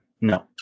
No